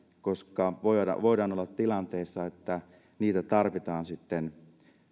koska voidaan olla tilanteessa että niitä tarvitaan sitten